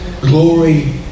Glory